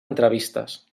entrevistes